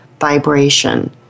vibration